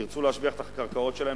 ירצו להשביח את הקרקעות שלהם,